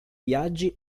viaggi